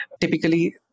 typically